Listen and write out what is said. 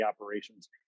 operations